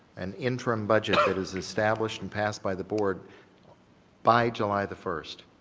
an interim budget that is establish and passed by the board by july the first.